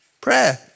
prayer